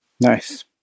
nice